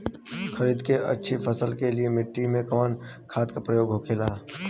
खरीद के अच्छी फसल के लिए मिट्टी में कवन खाद के प्रयोग होखेला?